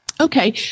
Okay